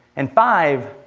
and five,